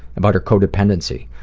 about her codependency,